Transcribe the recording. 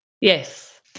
Yes